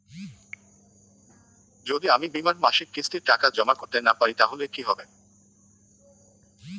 যদি আমি বীমার মাসিক কিস্তির টাকা জমা করতে না পারি তাহলে কি হবে?